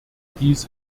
dies